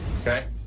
Okay